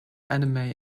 anime